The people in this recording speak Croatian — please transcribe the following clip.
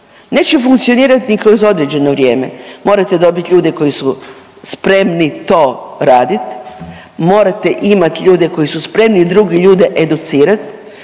neće funkcionirati ni kroz određeno vrijeme. Morate dobiti ljude koji su spremni to raditi, morate imati ljude koji su spremni druge ljude educirat,